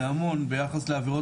זה המון ביחס לעבירות.